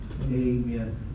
amen